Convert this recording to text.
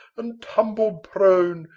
and tumbled prone,